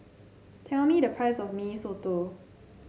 tell me the price of Mee Soto